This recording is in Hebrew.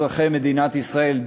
אזרחי מדינת ישראל,